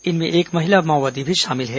इनमें एक महिला माओवादी भी शामिल है